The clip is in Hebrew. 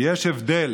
כי יש הבדל